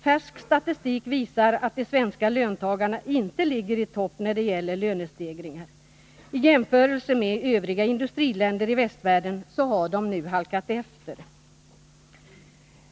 Färsk statistik visar nämligen att de svenska löntagarna inte ligger i topp när det gäller lönestegringar. I jämförelse med övriga industriländer i västvärlden har de halkat efter.